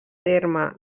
terme